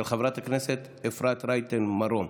של חברת הכנסת אפרת רייטן מרום.